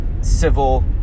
civil